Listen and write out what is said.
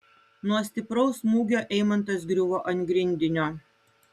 nuo stipraus smūgio eimantas griuvo ant grindinio